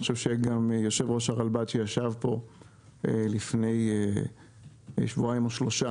אני חושב שגם יושב-ראש הרלב"ד שישב פה לפני שבועיים או שלושה